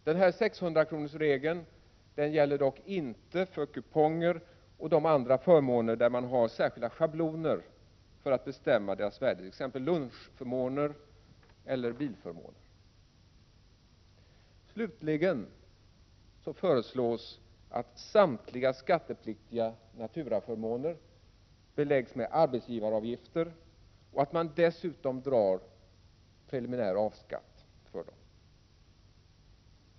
Denna 600-kronorsregel gäller dock inte förmåner, där man har särskilda schabloner för att bestämma deras värde — t.ex. lunchförmåner eller bilförmåner. Slutligen föreslås att samtliga skattepliktiga naturaförmåner beläggs med arbetsgivaravgifter och att man dessutom drar preliminär A-skatt på dem.